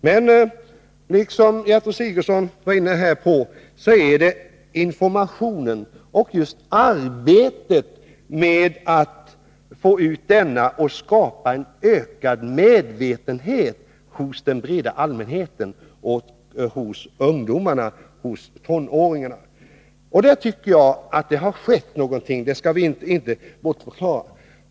Men det är — som Gertrud Sigurdsen också var inne på — just informationen och arbetet med att få ut denna och skapa en ökad medvetenhet hos den breda allmänheten, hos tonåringar och andra unga människor som är det viktigaste. Och på den punkten tycker jag att någonting har skett. Det skall vi inte bortförklara.